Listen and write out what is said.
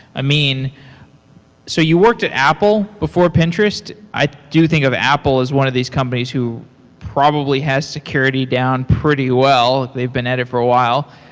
amine, so you worked at apple before pinterest. i do think of apple as one of these companies who probably has security down pretty well. they've been at it for a while.